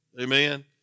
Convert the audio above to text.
Amen